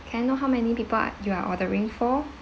can I know how many people are you are ordering for